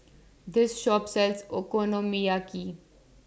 This Shop sells Okonomiyaki